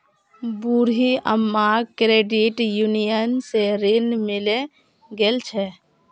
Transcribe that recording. बूढ़ी अम्माक credit union स ऋण मिले गेल छ